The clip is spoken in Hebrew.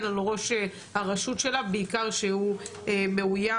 על ראש הרשות שלה בעיקר כשהוא מאויים.